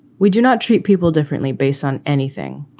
we do not treat people differently based on anything,